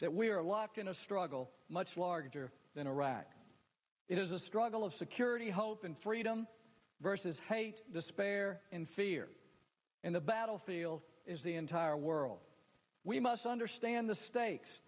that we are locked in a struggle much larger than iraq it is a struggle of security hope and freedom versus hate despair and fear and the battlefield is the entire world we must understand the stak